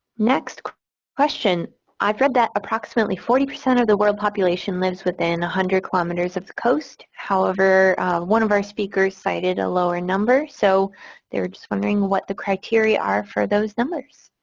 next question i've read that approximately forty percent of the world population lives within one hundred kilometres of coast, however one of our speakers cited a lower number. so they were just wondering what the criteria are for those numbers.